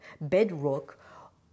bedrock